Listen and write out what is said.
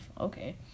Okay